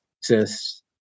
exists